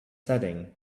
setting